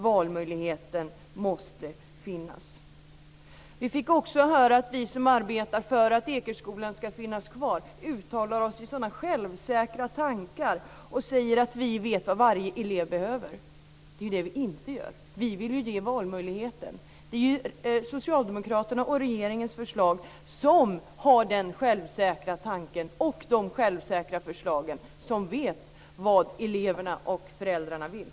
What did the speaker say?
Valmöjligheten måste finnas. Vi fick också höra att vi som arbetar för att Ekeskolan ska finnas kvar uttalar oss med så självsäkra tankar och säger att vi vet vad varje elev behöver. Det är ju det vi inte gör. Vi vill ju ge valmöjligheten. Det är ju socialdemokraterna och regeringens förslag som har den självsäkra tanken och de självsäkra förslagen, som vet vad eleverna och föräldrarna vill.